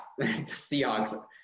Seahawks